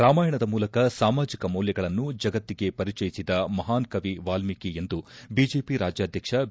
ರಾಮಾಯಣದ ಮೂಲಕ ಸಾಮಾಜಿಕ ಮೌಲ್ಯಗಳನ್ನು ಜಗತ್ತಿಗೆ ಪರಿಚಯಿಸಿದ ಮಹಾನ್ ಕವಿ ವಾಲ್ಮೀಕಿ ಎಂದು ಬಿಜೆಪಿ ರಾಜ್ಯಾಧ್ಯಕ್ಷ ಬಿ